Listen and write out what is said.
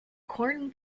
corn